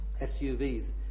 SUVs